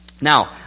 Now